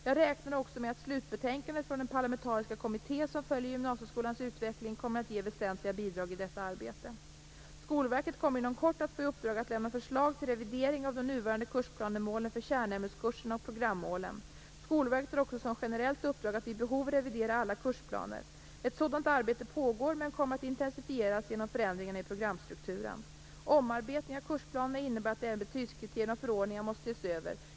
Jag räknar också med att slutbetänkandet från den parlamentariska kommitté som följer gymnasieskolans utveckling kommer att ge väsentliga bidrag i detta arbete. Skolverket kommer inom kort att få i uppdrag att lämna förslag till revideringar av de nuvarande kursplanemålen för kärnämneskurserna och programmålen. Skolverket har också som generellt uppdrag att vid behov revidera alla kursplaner. Ett sådant arbete pågår, men kommer att intensifieras genom förändringarna i programstrukturen. Omarbetningar av kursplanerna innebär att även betygskriterierna och förordningarna måste ses över.